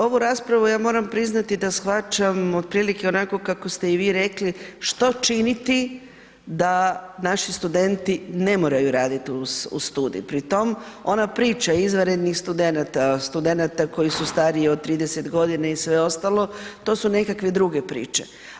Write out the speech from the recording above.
Ovu raspravu, ja moram priznati da shvaćam otprilike onako kako ste i vi rekli, što činiti da naši studenti ne moraju raditi uz studij, pri tom, ona priča izvanrednih studenata, studenata koji su stariji od 30 godina i sve ostalo, to su nekakve druge priče.